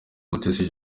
mutesi